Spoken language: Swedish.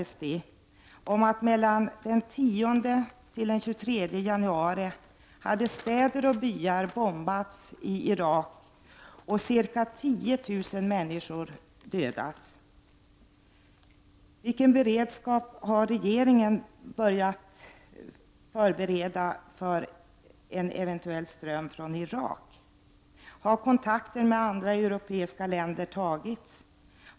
Enligt rapporten hade, den 10-23 januari, städer och byar bombats i Irak, och ca 10 000 människor hade dödats. Vilken beredskap har regeringen för en eventuell ström av flyktingar från Irak? Har kontakter med andra europeiska länder tagits?